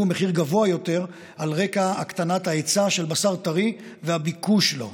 מחיר גבוה יותר על רקע הקטנת ההיצע של בשר טרי והביקוש לו.